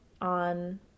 on